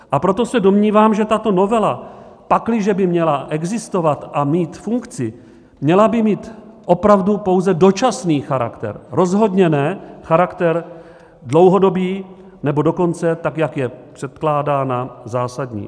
A proto se domnívám, že tato novela, pakliže by měla existovat a mít funkci, měla by mít opravdu pouze dočasný charakter, rozhodně ne charakter dlouhodobý, nebo dokonce, tak jak je předkládána, zásadní.